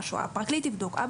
הפרקליט יבדוק אבל